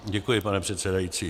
Děkuji, pane předsedající.